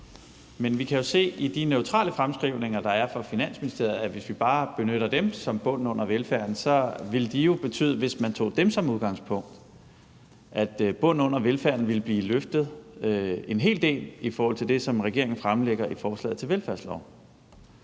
Men vi kan jo se i de neutrale fremskrivninger, der er, fra Finansministeriet, at hvis vi bare benytter dem som bund under velfærden, ville de jo betyde, hvis man tog dem som udgangspunkt, at bunden under velfærden ville blive løftet en hel del i forhold til det, som regeringen fremlægger i forslaget til velfærdslov.